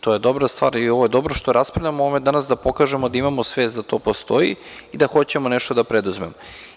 To je dobra stvar i ovo je dobro što raspravljamo danas, da pokažemo da imamo svest da to postoji i da hoćemo nešto da preduzmemo.